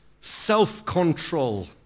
self-control